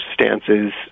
stances